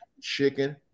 chicken